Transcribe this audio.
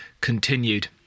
continued